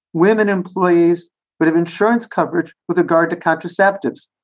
women employees would have insurance coverage with regard to contraceptives.